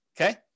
okay